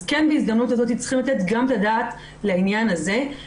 אז כן בהזדמנות הזאת צריך לתת את הדעת גם לעניין הזה.